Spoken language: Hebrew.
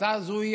וההחלטה הזו היא,